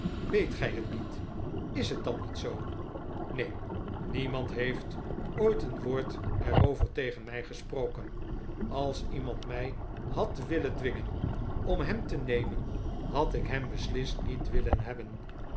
weet gij het niet is het dan niet zoo neen niemand heeft ooit een woord er over tegen mij gesproken als iemand mij had willen dwingen om hem te nemen had ik hem beslist niet willen hebben